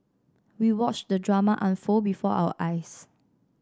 we watched the drama unfold before our eyes